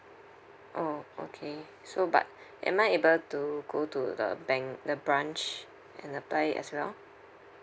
orh okay so but am I able to go to the bank the branch and apply it as well